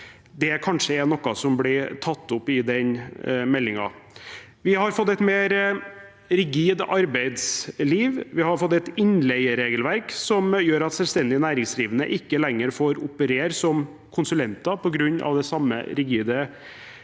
at det kanskje er noe som blir tatt opp i den meldingen. Vi har fått et mer rigid arbeidsliv. Vi har fått et innleieregelverk som gjør at selvstendig næringsdrivende ikke lenger får operere som konsulenter på grunn av det samme rigide innleieregelverket.